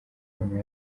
mama